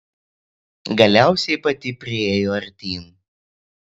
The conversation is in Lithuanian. galiausiai pati priėjo artyn